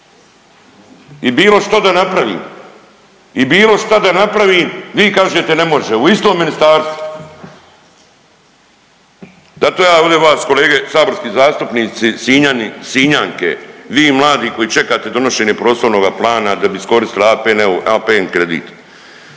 i bilo što da napravim i bilo šta napravim vi kažete ne može u istom ministarstvu. Zato ja ovdje vas kolege saborski zastupnici, Sinjani, Sinjanke, vi mladi koji čekate donošenje prostornoga plana da bi iskoristili APN-ov,